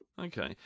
okay